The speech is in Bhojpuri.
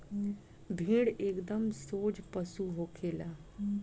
भेड़ एकदम सोझ पशु होखे ले